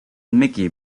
mickey